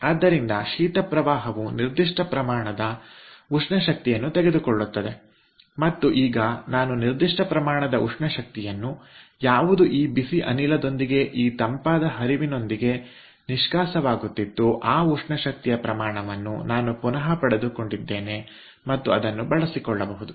ಆದ್ದರಿಂದ ಶೀತ ಪ್ರವಾಹವು ನಿರ್ದಿಷ್ಟ ಪ್ರಮಾಣದ ಉಷ್ಣ ಶಕ್ತಿಯನ್ನು ತೆಗೆದುಕೊಳ್ಳುತ್ತದೆ ಮತ್ತು ಈಗ ನಾನು ನಿರ್ದಿಷ್ಟ ಪ್ರಮಾಣದ ಉಷ್ಣ ಶಕ್ತಿಯನ್ನು ಯಾವುದು ಈ ಬಿಸಿ ಅನಿಲದೊಂದಿಗೆ ಈ ತಂಪಾದ ಹರಿವಿನೊಂದಿಗೆ ನಿಷ್ಕಾಸವಾಗುತ್ತಿತ್ತು ಆ ಉಷ್ಣ ಶಕ್ತಿಯ ಪ್ರಮಾಣವನ್ನು ನಾನು ಪುನಃ ಪಡೆದುಕೊಂಡಿದ್ದೇನೆ ಮತ್ತು ಅದನ್ನು ಬಳಸಿಕೊಳ್ಳಬಹುದು